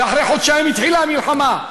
ואחרי חודשיים התחילה המלחמה,